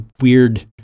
weird